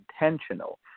intentional